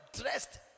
dressed